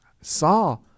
saw